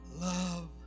love